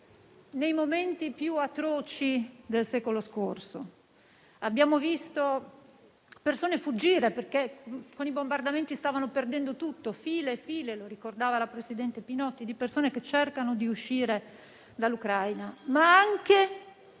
nei momenti più atroci del secolo scorso. Abbiamo visto persone fuggire, perché con i bombardamenti stavano perdendo tutto, file e file - lo ricordava la presidente Pinotti - di persone che cercano di uscire dall'Ucraina; ma anche